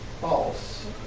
false